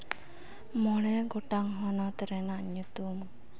ᱢᱚᱬᱮ ᱜᱚᱴᱟᱝ ᱦᱚᱱᱚᱛ ᱨᱮᱱᱟᱜ ᱧᱩᱛᱩᱢ